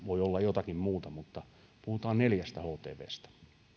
voi olla jotakin muuta puhutaan neljä htvstä